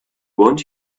want